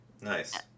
Nice